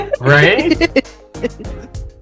Right